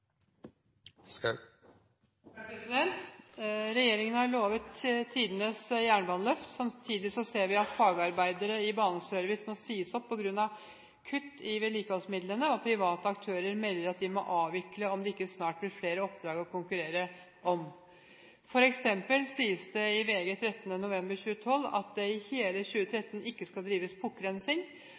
private aktører melder at de må avvikle om det ikke snart blir flere oppdrag å konkurrere om. For eksempel sies det i VG 12. november 2012 at det i hele 2013 ikke skal drives